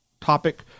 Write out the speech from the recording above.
topic